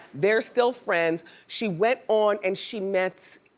they're still friends. she went on and she met,